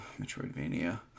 Metroidvania